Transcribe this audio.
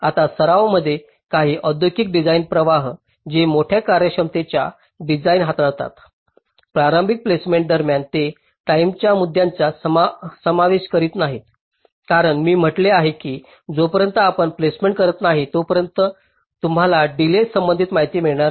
आता सराव मध्ये काही औद्योगिक डिझाइन प्रवाह जे मोठ्या कार्यक्षमतेच्या डिझाईन्स हाताळतात प्रारंभिक प्लेसमेंट दरम्यान ते टाईमेच्या मुद्द्यांचा समावेश करीत नाहीत कारण मी म्हटलेले आहे की जोपर्यंत आपण प्लेसमेंट करत नाही तोपर्यंत तुम्हाला डीलेय संबंधित माहिती मिळणार नाही